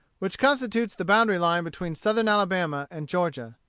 which constitutes the boundary-line between southern alabama and georgia.